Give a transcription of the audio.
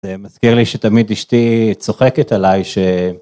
זה מזכיר לי שתמיד אשתי צוחקת עליי ש.